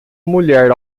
mulher